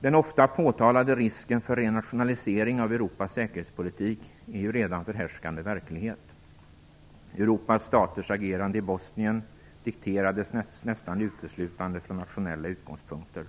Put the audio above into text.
Den ofta påtalade risken för renationalisering av Europas säkerhetspolitik är redan förhärskande verklighet. Europas staters agerande i Bosnien dikterades nästan uteslutande från nationella utgångspunkter.